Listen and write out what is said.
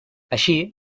així